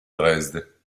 dresde